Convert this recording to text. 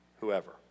whoever